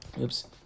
oops